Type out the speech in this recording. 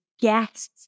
guests